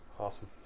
awesome